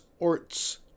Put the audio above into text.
orts